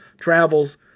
travels